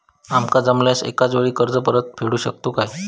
आमका जमल्यास एकाच वेळी कर्ज परत फेडू शकतू काय?